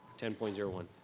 ten point zero one,